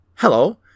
Hello